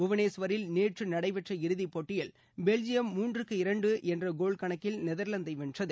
புவனேஸ்வரில் நேற்று நடைபெற்ற இறுதிப்போட்டியில் பெல்ஜியம் மூன்றுக்கு இரண்டு என்ற கோல் கணக்கில் நெதர்லாந்தை வென்றது